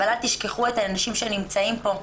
אבל אל תשכחו את האנשים שנמצאים פה,